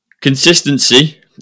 Consistency